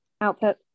output